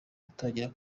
gutangira